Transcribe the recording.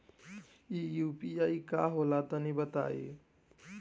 इ यू.पी.आई का होला तनि बताईं?